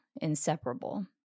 inseparable